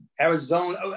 Arizona